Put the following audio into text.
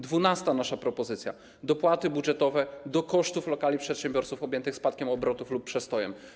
Dwunasta nasza propozycja - dopłaty budżetowe do kosztów lokali przedsiębiorców objętych spadkiem obrotów lub przestojem.